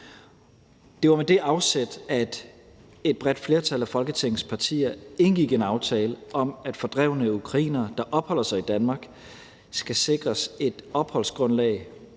Det var med det afsæt, at et bredt flertal af Folketingets partier indgik en aftale om, at fordrevne ukrainere, der opholder sig i Danmark, skal sikres et opholdsgrundlag